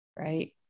right